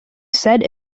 said